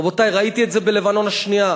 רבותי, ראיתי את זה במלחמת לבנון השנייה.